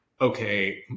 okay